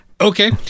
okay